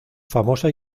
famosa